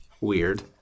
weird